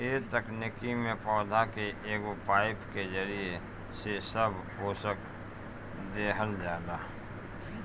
ए तकनीकी में पौधा के एगो पाईप के जरिया से सब पोषक देहल जाला